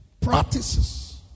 practices